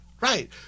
right